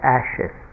ashes